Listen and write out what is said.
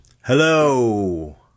hello